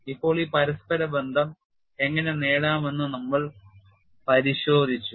ഇപ്പോൾ ഈ പരസ്പര ബന്ധം എങ്ങനെ നേടാമെന്ന് നമ്മൾ പരിശോധിച്ചു